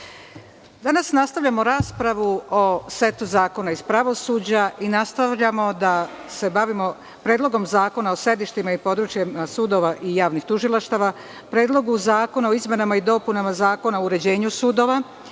danas nastavljamo raspravu o setu zakona iz pravosuđa i nastavljamo da se bavimo Predlogom zakona o sedištima i područjima sudova i javnih tužilaštava, Predlogu zakona o izmenama i dopunama Zakona o uređenju sudova,